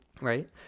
right